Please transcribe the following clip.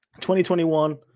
2021